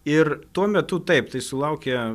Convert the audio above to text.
ir tuo metu taip tai sulaukė